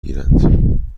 گیرند